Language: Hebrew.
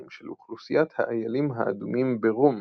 של אוכלוסיית האיילים האדומים ברום,